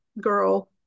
girl